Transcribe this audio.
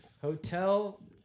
Hotel